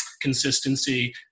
consistency